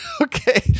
Okay